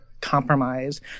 compromise